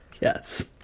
yes